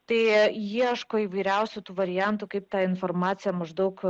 tai ieško įvairiausių variantų kaip tą informaciją maždaug